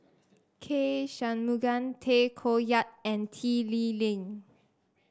K Shanmugam Tay Koh Yat and Tan Lee Leng